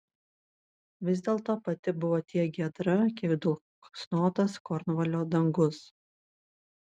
vis dėlto pati buvo tiek giedra kiek dulksnotas kornvalio dangus